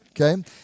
Okay